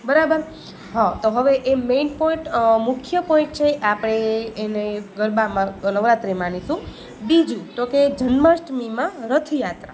બરાબર હા તો હવે એ મેઈન પોઇન્ટ મુખ્ય પોઇન્ટ છે આપણે એને ગરબામાં નવરાત્રિ માનીશું બીજું તો કે જન્માષ્ટમીમાં રથયાત્રા